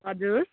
हजुर